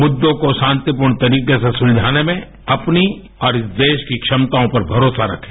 मुद्दों को शांतिपूर्ण तरीके से सुलझाने में अपनी और इस देश की क्षमताओं पर भरोसा रखे